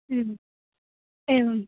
एवम्